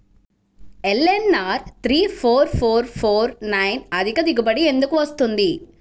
LNR three four four four nine అధిక దిగుబడి ఎందుకు వస్తుంది?